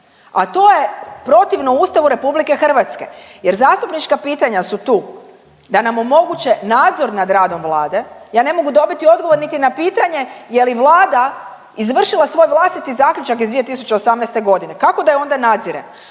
a to je protivno Ustavu RH jer zastupnička pitanja su tu da nam omoguće nadzor nad radom Vlade. Ja ne mogu dobiti odgovor niti na pitanje je li Vlada izvršila svoj vlastiti zaključak iz 2018.g. kada da je onda nadzirem,